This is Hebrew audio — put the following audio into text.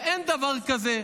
ואין דבר כזה,